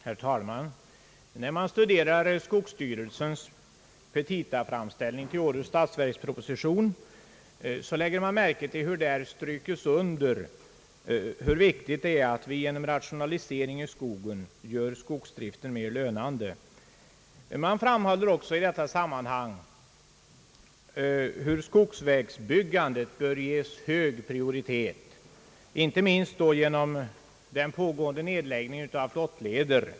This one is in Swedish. Herr talman! När man studerar skogsstyrelsens petitaframställning till årets statsverksproposition lägger man märke till hur styrelsen understryker vikten av att vi genom rationalisering i skogen gör skogsdriften mer lönande. I detta sammanhang framhålls också hur skogsvägsbyggandet bör få hög prioritet inte minst i samband med den pågående nedläggningen av flottleder.